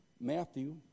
Matthew